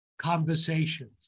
conversations